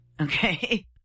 okay